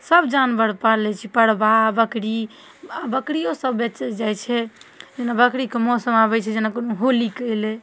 सब जानवर पालै छी परबा बकरी आ बकरीयो सब बेचै जाइ छै जेना बकरीके मौसम आबै छै जेना कोनो होलीके एलै